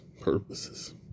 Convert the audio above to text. purposes